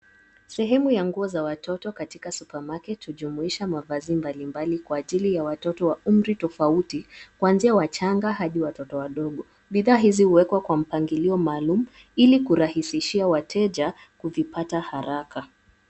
Sehemu ya nguo za watoto katika supermarket hujumuisha mavazi mbalimbali kwa ajili ya watoto wa umri tofauti kuanzia wachanga hadi watoto wadogo. Bidhaa hizi huwekwa kwa mpangilio maalum ili kurahisishia wateja kuvipata haraka.